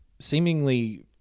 seemingly